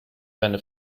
seine